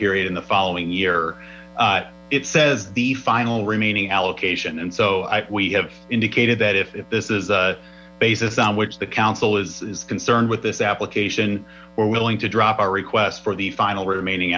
period in the following year it says the final remaining allocation and so we have indicated that if this is a basis on which the council is is concerned with this application we're willing to drop our request for the final remaining